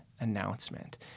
announcement